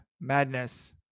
Madness